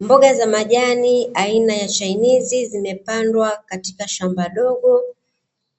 Mboga za majiani aina ya chainizi zimepandwa katika shamba dogo,